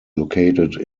located